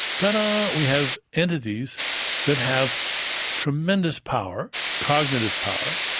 but we have entities that have tremendous power, cognitive power,